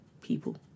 people